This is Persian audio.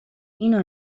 این